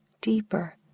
deeper